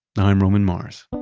i'm roman mars